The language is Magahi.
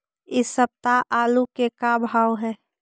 इ सप्ताह आलू के का भाव है?